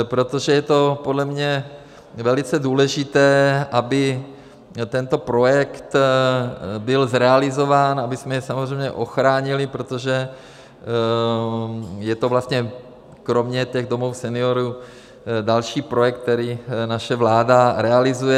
Protože je to podle mě velice důležité, aby tento projekt byl zrealizován, abychom je samozřejmě ochránili, protože je to vlastně kromě těch domovů seniorů další projekt, který naše vláda realizuje.